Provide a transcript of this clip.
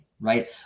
right